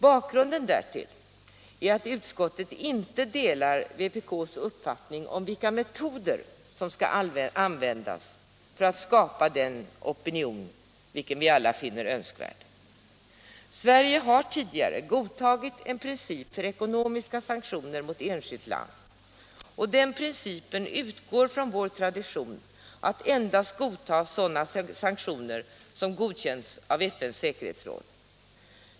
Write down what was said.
Bakgrunden därtill är att utskottet inte delar vpk:s uppfattning om vilka metoder som skall användas för att skapa den opinion vi alla finner önskvärd. Sverige har tidigare tagit en princip för ekonomiska sanktioner mot enskilt land, och den principen utgår från vår tradition att endast godta sådana sanktioner som godkänts av FN:s säkerhetsråd.